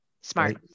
Smart